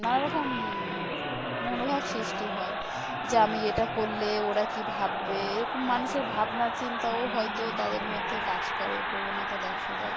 নানা রকম মনোভাব বৃষ্টি হয় যে আমি এটা করলে ওরা কী ভাববে এরকম মানুষের ভাবনা চিন্তাও হয়তো তাদের মধ্যে কাজ করে প্রবণতা দেখা যায়